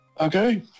Okay